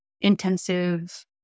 intensive